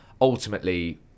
Ultimately